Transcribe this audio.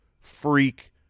freak